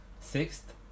Sixth